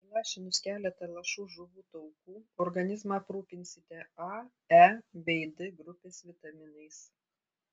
įlašinus keletą lašų žuvų taukų organizmą aprūpinsite a e bei d grupės vitaminais